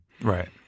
Right